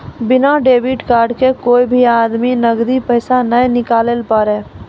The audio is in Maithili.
बिना डेबिट कार्ड से कोय भी आदमी नगदी पैसा नाय निकालैल पारतै